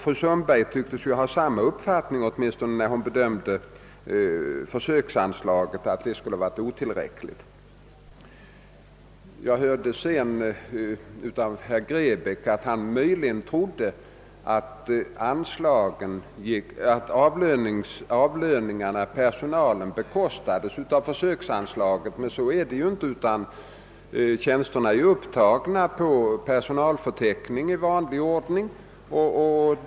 Fru Sundberg tycktes ha samma uppfattning, åtminstone när hon bedömde försöksanslaget som otillräckligt. Av herr Grebäcks anförande verkade det, som om han trodde att personalavlöningarna bekostades över försöksanslaget. Så är emellertid inte fallet — tjänsterna är upptagna på personalförteckningen i vanlig ordning.